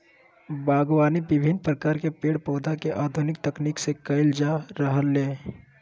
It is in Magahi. बागवानी विविन्न प्रकार के पेड़ पौधा के आधुनिक तकनीक से कैल जा रहलै